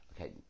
Okay